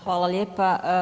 Hvala lijepa.